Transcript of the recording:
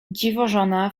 dziwożona